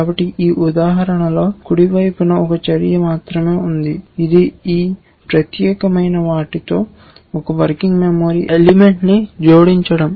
కాబట్టి ఈ ఉదాహరణలో కుడి వైపున ఒక చర్య మాత్రమే ఉంది ఇది ఈ ప్రత్యేకమైన వాటితో ఒక వర్కింగ్ మెమరీ ఎలిమెంట్ ని జోడించడం